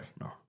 no